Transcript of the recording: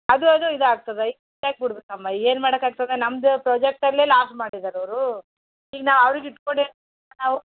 ಅದು ಅದು ಇದು ಆಗ್ತದೆ ಯಾಕೆ ಬಿಡಬೇಕಮ್ಮ ಏನು ಮಾಡೋಕ್ಕಾಗ್ತದೆ ನಮ್ಮದು ಪ್ರಾಜೆಕ್ಟಲ್ಲಿ ಲಾಸ್ ಮಾಡಿದ್ದಾರೆ ಅವರು ಈಗ ನಾ ಅವ್ರಿಗೆ ಇಟ್ಕೊಂಡೇನು ಮಾ ನಾವು